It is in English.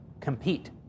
compete